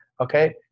Okay